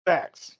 Facts